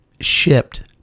shipped